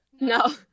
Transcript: No